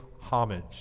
homage